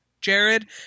Jared